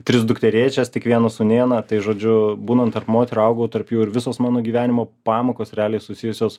tris dukterėčias tik vienu sūnėną tai žodžiu būnant tarp moterų augau tarp jų ir visos mano gyvenimo pamokos realiai susijusios